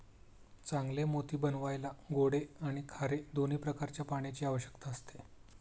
चांगले मोती बनवायला गोडे आणि खारे दोन्ही प्रकारच्या पाण्याची आवश्यकता असते